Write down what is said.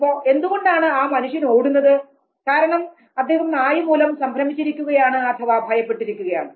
ഇപ്പോ എന്തു കൊണ്ടാണ് ആ മനുഷ്യൻ ഓടുന്നത് കാരണം അദ്ദേഹം നായ മൂലം സംരംഭ്രമിച്ചിരിക്കുകയാണ് അഥവാ ഭയപ്പെട്ടിരിക്കുകയാണ്